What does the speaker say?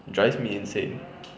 drive me insane